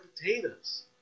Potatoes